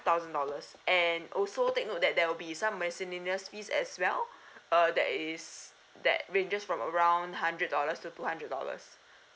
thousand dollars and also take note that there will be some miscellaneous fees as well uh that is that ranges from around hundred dollars to two hundred dollars